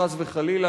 חס וחלילה,